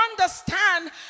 understand